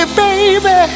baby